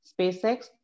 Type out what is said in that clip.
SpaceX